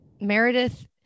Meredith